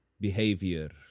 Behavior